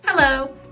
Hello